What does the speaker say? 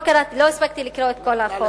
לא הספקתי לקרוא את כל החוק,